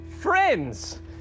friends